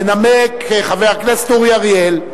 ינמק חבר הכנסת אורי אריאל.